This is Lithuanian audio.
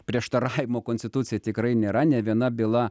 prieštaravimo konstitucijai tikrai nėra nė viena byla